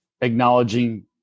acknowledging